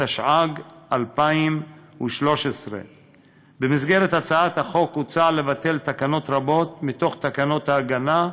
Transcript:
התשע"ג 2013. במסגרת הצעת החוק הוצע לבטל תקנות רבות מתוך תקנות ההגנה,